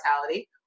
mortality